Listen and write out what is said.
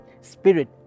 Spirit